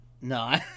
No